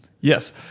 Yes